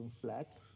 flat